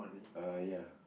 uh ya